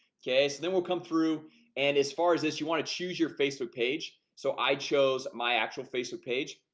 okay? so then we'll come through and as far as this you want to choose your facebook page so i chose my actual facebook page,